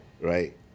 Right